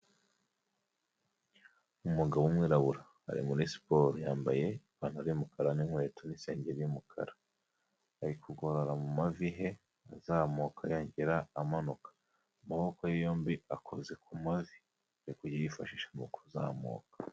Umugabo w'umwirabura ari muri siporo yambaye ipantaro y'umukara n'inkweto n'isengeri y'umukara, ari kugorora mu mavi he azamuka yongera amanuka, amaboko ye yombi akoze ku mavi, ari kujya ayifashisha mu kuzamuka.